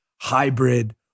hybrid